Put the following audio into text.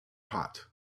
hot